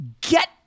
get